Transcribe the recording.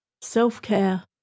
self-care